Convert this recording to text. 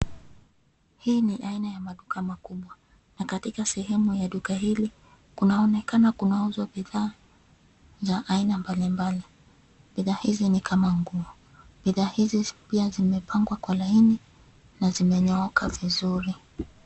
Hii ni aina ya maduka makubwa na katika sehemu ya duka hili kunaonekana kunauzwa bidhaa za aina mbalimbali. Bidhaa hizi ni kama nguo, Bidhaa hizi zimepangwa kwa laini na zimenyooka vizuri.